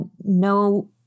no